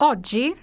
Oggi